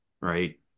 Right